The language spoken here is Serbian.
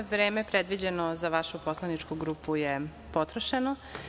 Vreme predviđeno za vašu poslaničku grupu je potrošeno.